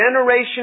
generation